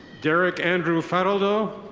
derek andrew fadeldough.